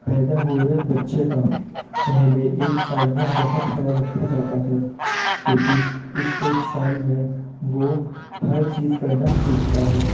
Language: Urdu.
پیدا ہوئے بچے کا پہلے ایک سال میں بہت خیال رکھا جاتا ہے کیونکہ اس ایک سال میں وہ ہر چیز کرنا سیکھتا ہے